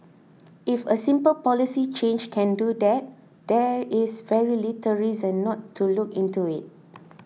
if a simple policy change can do that there is very little reason not to look into it